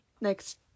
next